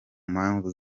mpamvu